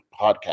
Podcast